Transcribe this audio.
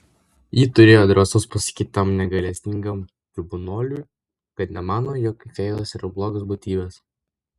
ji turėjo drąsos pasakyti tam negailestingam tribunolui kad nemano jog fėjos yra blogos būtybės